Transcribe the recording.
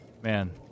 Man